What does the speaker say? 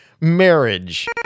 marriage